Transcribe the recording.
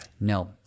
no